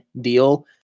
deal